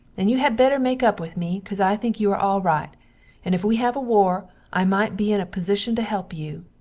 and you had better make up with me because i think you are al-rite, and if we have war i mite be in a posishun to help you.